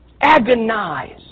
Agonize